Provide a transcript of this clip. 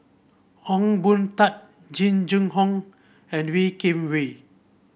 Ong Boon Tat Jing Jun Hong and Wee Kim Wee